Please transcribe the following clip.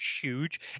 huge